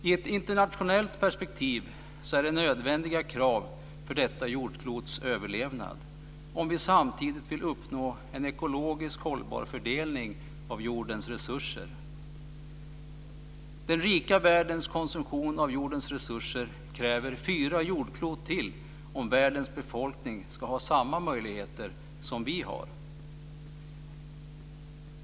I ett internationellt perspektiv är det här nödvändiga krav för detta jordklots överlevnad om vi samtidigt vill uppnå en ekologisk hållbar fördelning av jordens resurser. Den rika världens konsumtion av jordens resurser kräver fyra jordklot till om hela världens befolkning ska ha samma möjligheter som vi har.